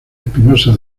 espinosa